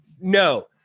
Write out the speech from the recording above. No